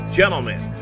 gentlemen